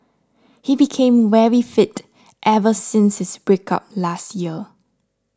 he became very fit ever since his breakup last year